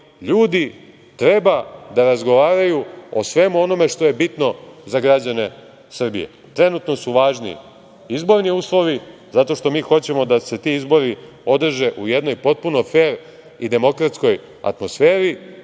ljudi treba da razgovaraju o svemu onome što je bitno za građane Srbije. Trenutno su važni izborni uslovi zato što mi hoćemo da se ti izbori održe u jednoj potpuno fer i demokratskoj atmosferi,